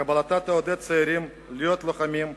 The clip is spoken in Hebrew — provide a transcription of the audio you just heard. קבלתה תעודד צעירים להיות לוחמים,